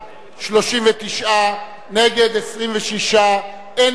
39, נגד, 26, אין נמנעים.